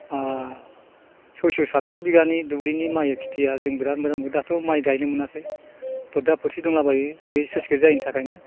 सयस' सातस' बिगानि दुब्लिनि माइ खेथिया जों बिराद मोजां मोनबाय दाथ' माइ गायनो मोनाखै फोरदा फोरसि दंलाबायो बे स्लुइस गेट जायिनि थाखायनो